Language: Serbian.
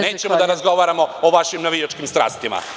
Nećemo da razgovaramo o vašim navijačkim strastima.